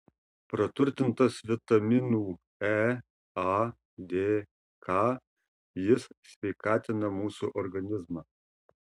praturtintas vitaminų e a d k jis sveikatina mūsų organizmą